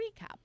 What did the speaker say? recap